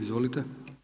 Izvolite.